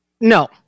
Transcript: No